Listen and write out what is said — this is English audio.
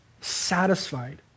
satisfied